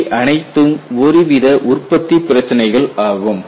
இவை அனைத்தும் ஒருவித உற்பத்தி பிரச்சனைகள் ஆகும்